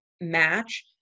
match